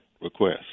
request